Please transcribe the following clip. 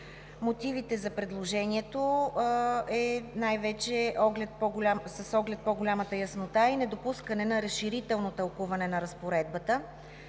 Мотивите за предложението са най-вече с оглед по-голямата яснота и недопускане на разширително тълкуване на разпоредбата.